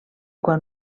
quan